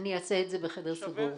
אעשה את זה בחדר סגור.